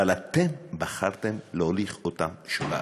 אבל אתם בחרתם להוליך אותם שולל.